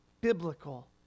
biblical